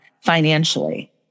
financially